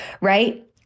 right